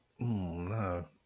no